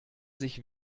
sich